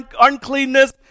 uncleanness